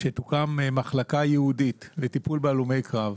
שתוקם מחלקה ייעודית לטיפול בהלומי קרב.